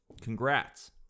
Congrats